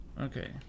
Okay